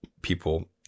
people